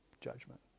judgment